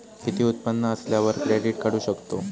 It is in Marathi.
किती उत्पन्न असल्यावर क्रेडीट काढू शकतव?